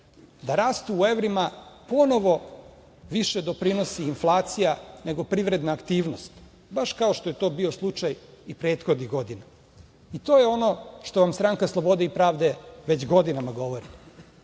da rast u evrima ponovo više doprinosi inflacija, nego privredna aktivnost, baš kao što je to bio slučaj i prethodnih godina. To je ono što vam Stranka slobode i pravde već godinama govori.